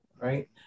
Right